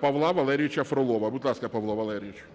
Павла Валерійовича Фролова. Будь ласка, Павло Валерійович.